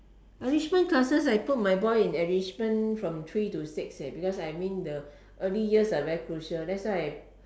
enrichment classes I put my boy in enrichment from three to six leh because I mean the early years are very crucial that's why I